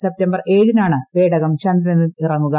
September ഏഴിനാണ് പേടകം ചന്ദ്രനിൽ ഇറങ്ങുക